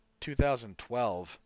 2012